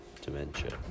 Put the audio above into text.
dementia